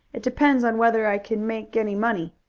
it depends on whether i can make any money.